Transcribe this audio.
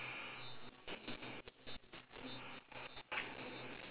uh rec~ uh given or receive